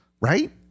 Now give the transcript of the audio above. right